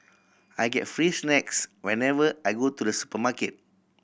I get free snacks whenever I go to the supermarket